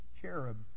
cherub